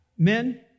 Men